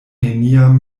neniam